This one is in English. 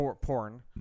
porn